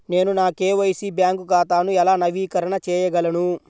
నేను నా KYC bank ఖాతాను ఎలా నవీకరణ చేయగలను?